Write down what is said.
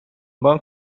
بانک